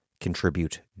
contribute